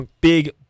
big